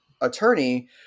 attorney